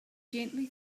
gently